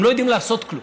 הם לא יודעים לעשות כלום.